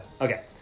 Okay